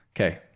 Okay